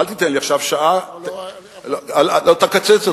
אל תיתן לי עכשיו, תקצץ אותי.